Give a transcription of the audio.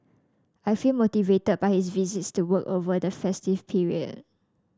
I feel motivated by his visit to work over the festive period